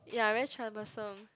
ya very troublesome